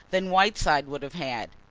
than whiteside would have had.